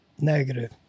negative